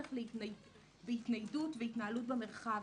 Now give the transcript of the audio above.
בטח להתניידות והתנהלות במרחב.